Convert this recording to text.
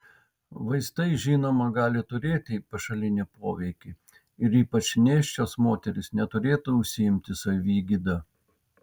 vaistai žinoma gali turėti pašalinį poveikį ir ypač nėščios moterys neturėtų užsiimti savigyda